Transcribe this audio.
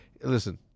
listen